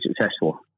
successful